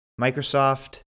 Microsoft